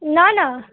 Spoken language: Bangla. না না